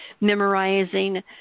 memorizing